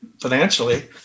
financially